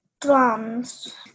drums